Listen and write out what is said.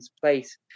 place